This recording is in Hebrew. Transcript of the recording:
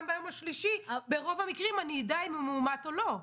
ביום השלישי ברוב המקרים אני אדע אם הוא מאומת או לא.